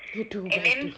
two by two